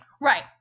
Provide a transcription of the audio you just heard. Right